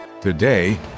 Today